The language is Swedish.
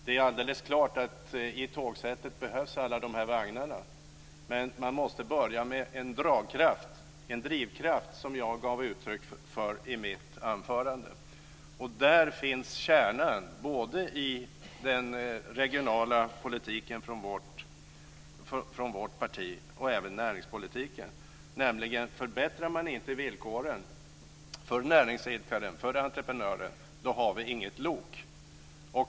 Det är alldeles klart att alla vagnar behövs i ett tågsätt, men man måste börja med en drivkraft. Det var det som jag gav uttryck för i mitt anförande. Där finns kärnan i både den regionala politiken och näringspolitiken från vårt parti. Förbättrar man inte villkoren för näringsidkare och entreprenörer, då finns det inget lok.